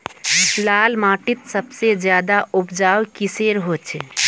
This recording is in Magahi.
लाल माटित सबसे ज्यादा उपजाऊ किसेर होचए?